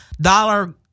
dollar